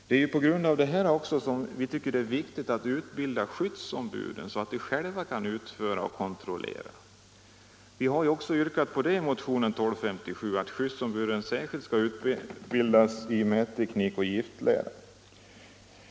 Det är på grund av detta som det är så viktigt att utbilda skyddsombuden så att de själva kan utföra kontroller. Vi har i motionen 1257 föreslagit att skyddsombuden skall särskilt utbildas i mätteknik och giftlära.